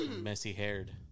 messy-haired